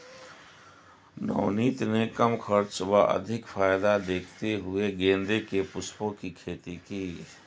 नवनीत ने कम खर्च व अधिक फायदे देखते हुए गेंदे के पुष्पों की खेती की